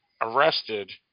arrested